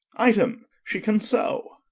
item she can sew